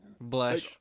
Blush